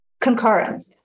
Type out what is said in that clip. concurrent